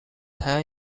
ten